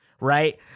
right